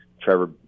Trevor